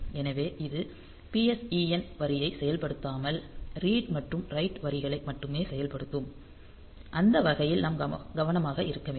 எனவே இது PSEN வரியை செயல்படுத்தாமல் ரீட் மற்றும் ரைட் வரிகளை மட்டுமே செயல்படுத்தும் அந்த வகையில் நாம் கவனமாக இருக்க வேண்டும்